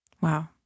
Wow